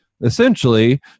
essentially